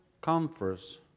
comforts